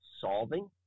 solving